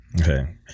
Okay